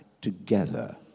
together